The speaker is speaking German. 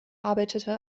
arbeitete